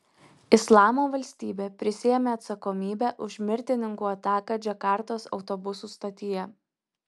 islamo valstybė prisiėmė atsakomybę už mirtininkų ataką džakartos autobusų stotyje